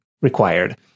required